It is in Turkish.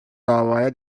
davaya